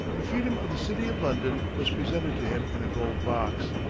the freedom of the city of london was presented to him in a gold box.